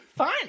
Fine